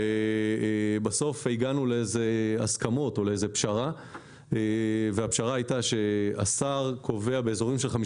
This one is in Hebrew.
בסוף הגענו להסכמות או לפשרה והפשרה הייתה שהשר קובע באזורים של 5